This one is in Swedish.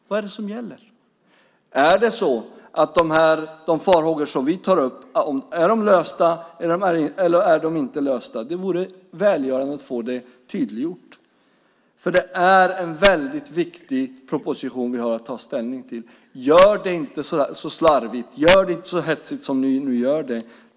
Vad är det som gäller? Är de farhågor som vi tar upp lösta, eller är de inte lösta? Det vore välgörande att få det tydliggjort, för det är en väldigt viktig proposition vi har att ta ställning till. Gör det inte så slarvigt! Gör det inte så hetsigt som ni nu gör det!